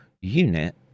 unit